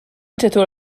چطور